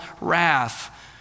wrath